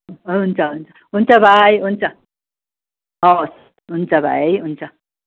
हुन्छ हुन्छ हुन्छ भाइ हुन्छ हवस् हुन्छ भाइ हुन्छ